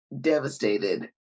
devastated